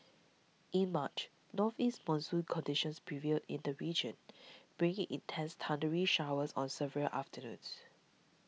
in March northeast monsoon conditions prevailed in the region bringing intense thundery showers on several afternoons